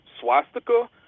swastika